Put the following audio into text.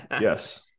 Yes